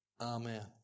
Amen